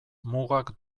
mugak